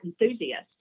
enthusiast